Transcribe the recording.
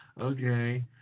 Okay